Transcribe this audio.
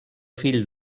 fill